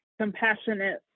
compassionate